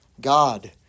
God